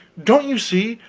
don't you see,